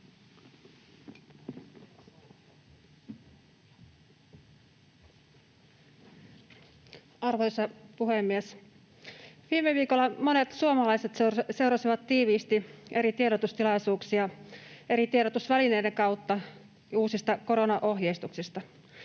Arvoisa puhemies! Viime viikolla monet suomalaiset seurasivat tiiviisti eri tiedotustilaisuuksia eri tiedotusvälineiden kautta uusista koronaohjeistuksista.